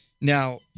Now